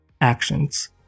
actions